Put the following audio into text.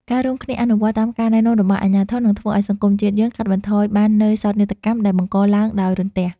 ការរួមគ្នាអនុវត្តតាមការណែនាំរបស់អាជ្ញាធរនឹងធ្វើឱ្យសង្គមជាតិយើងកាត់បន្ថយបាននូវសោកនាដកម្មដែលបង្កឡើងដោយរន្ទះ។